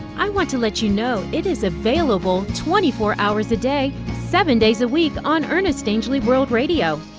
i want to let you know it is available twenty four hours a day, seven days a week on ernest angley world radio.